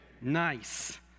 Nice